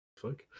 Fuck